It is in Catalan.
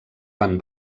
van